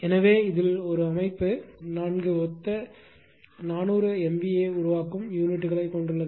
எனவே ஒரு அமைப்பு 4 ஒத்த 400 MVA உருவாக்கும் யூனிட் களைக் கொண்டுள்ளது